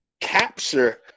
capture